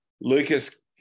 Lucas